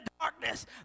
darkness